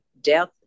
Death